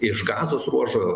iš gazos ruožo